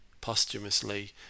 posthumously